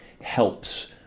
helps